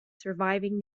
surviving